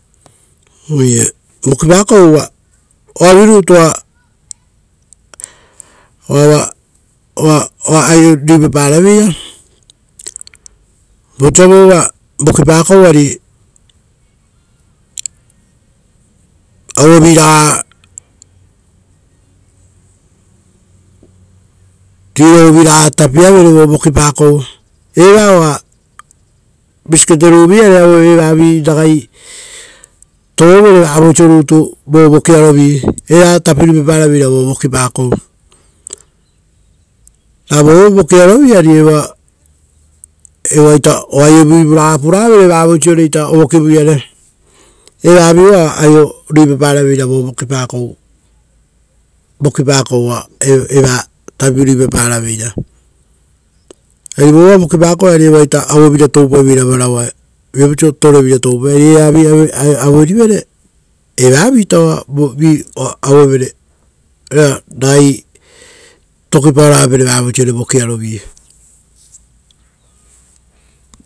Oire vokipakou, uva oavurutu oa aio ruipapa-raveira, ari auevi raga kasiraopaovi tii rovu tapi avere vokipakou, visikete ruvi-iare uvare eva ragai tovovere vavoisivio vokiarovi. Eva tapi ruipaparaveira vo vokipakou. Ravoita vokiarovi ari o aiovivuraga puravere vavoisiore ovokivuragaiare. Evavi oa aio ruipaparaveira vo vokipakou uvare vova vokipakou, ari auevira toupaiveira varaua, viapau oisio torevira toupaivere varau, ari evavi oa ragai tokipaoro avapere vavoisiore vokiaro vi.